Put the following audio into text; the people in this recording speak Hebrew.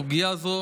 הסוגיה הזאת